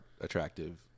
attractive